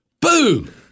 Boom